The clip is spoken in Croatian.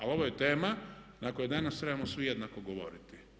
A ovo je tema na kojoj danas trebamo svi jednako govoriti.